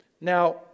Now